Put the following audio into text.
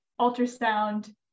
ultrasound